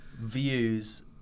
views